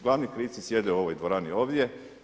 Glavni krivci sjede u ovoj dvorani ovdje.